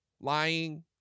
lying